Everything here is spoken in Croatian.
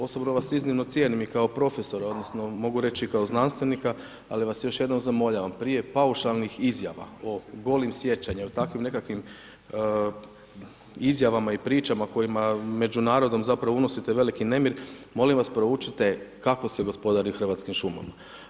Osobno vas iznimno cijenim i kao profesor odnosno mogu reći i kao znanstvenika ali vas još jednom zamoljavam prije paušalnih izjava o golim sječama i o takvim nekakvim izjavama i pričama kojima među narodom zapravo unosite veliki nemir, molim vas proučite kako se gospodari Hrvatskim šumama.